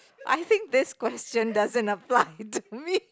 I think this question doesn't apply to me